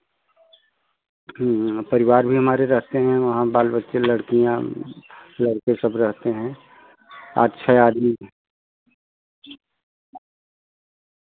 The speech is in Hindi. परिवार भी हमारे रहते हैं वहाँ बाल बच्चे लड़कियाँ लड़के सब रहते हैं अच्छे आदमी